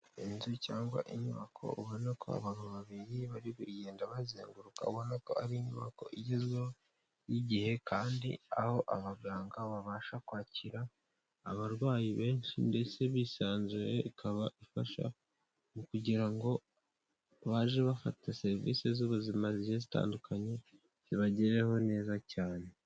Inzu cyangwa inyubako ubona ko abantu babiri bari kugenda bayizengurukaho ubona ko ari inyubako igezweho y'igihe, kandi aho abaganga babasha kwakira abarwayi benshi ndetse bisanzuye ikaba ifasha mu kugira ngo abaje bafata serivisi z'ubuzima zigiye zitandukanye zibagereho neza cyane.